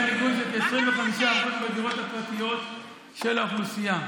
מיגון בכ-25% מהדירות הפרטיות של האוכלוסייה.